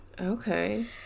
Okay